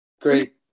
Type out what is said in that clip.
Great